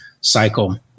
cycle